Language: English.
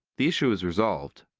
the issue is resolved.